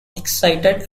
excited